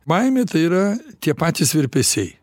baimė tai yra tie patys virpesiai